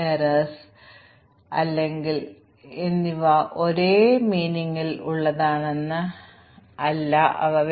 ഇപ്പോൾ എന്തുകൊണ്ടാണ് mutation testing പ്രവർത്തിക്കുന്നതെന്ന് നോക്കാം